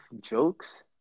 jokes